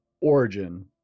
origin